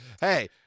Hey